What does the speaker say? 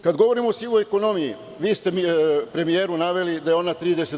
Kada govorimo o sivoj ekonomiji, vi ste premijeru naveli da je ona 30%